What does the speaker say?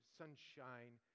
sunshine